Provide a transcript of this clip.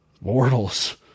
Mortals